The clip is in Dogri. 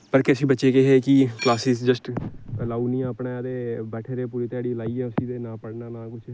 पर किश बच्चे केह् हे कि क्लासिस जस्ट लाई ओड़नियां अपने ते बैठी रेह् पूरी ध्याडी लाइयै उसी ते ना पढ़ना ते ना कुछ